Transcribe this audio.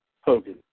Hogan